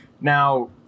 Now